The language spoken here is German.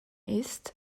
ist